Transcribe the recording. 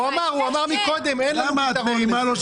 הוא אמר קודם שאין להן תשובה.